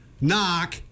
knock